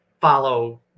follow